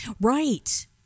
right